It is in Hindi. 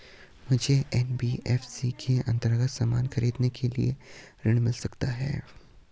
मुझे एन.बी.एफ.सी के अन्तर्गत सामान खरीदने के लिए ऋण मिल सकता है?